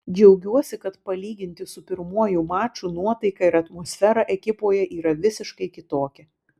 džiaugiuosi kad palyginti su pirmuoju maču nuotaika ir atmosfera ekipoje yra visiškai kitokia